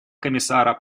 комиссара